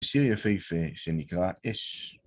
שיר יפהפה, שנקרא "אש".